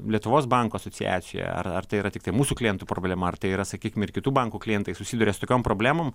lietuvos bankų asociacijoje ar ar tai yra tiktai mūsų klientų problema ar tai yra sakykim ir kitų bankų klientai susiduria su tokiom problemom